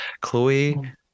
Chloe